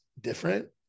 different